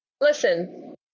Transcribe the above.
Listen